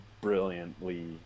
brilliantly